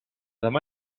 demà